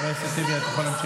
הטיפוס,